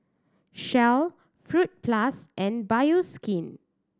Shell Fruit Plus and Bioskin